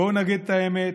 בואו נגיד את האמת,